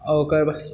आ ओकर